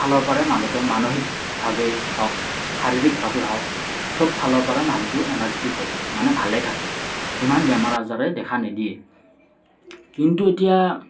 ফালৰ পৰাই মানুহটো মানসিকভাৱে হওঁক শাৰীৰিকভাৱে হওঁক সবফালৰ পৰা মানুহটো এনাৰ্জেটিক হৈ থাকে মানে ভালে থাকে সিমান বেমাৰ আজাৰে দেখা নিদিয়ে কিন্তু এতিয়া